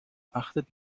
achtet